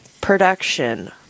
production